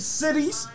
cities